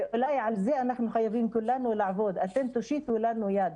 ואולי על זה אנחנו חייבים כולנו לעבוד ואתם תושיטו לנו יד,